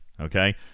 okay